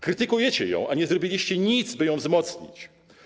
Krytykujecie ją, a nie zrobiliście nic, by ją wzmocnić.